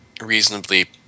reasonably